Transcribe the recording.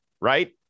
Right